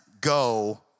go